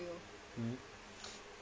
mmhmm